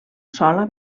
sola